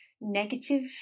negative